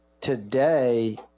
Today